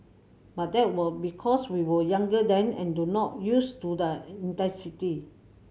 but that were because we were younger then and do not used to the intensity